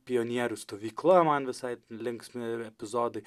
pionierių stovykla man visai linksmi ir epizodai